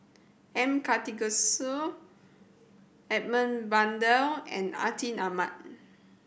M Karthigesu Edmund Blundell and Atin Amat